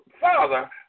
father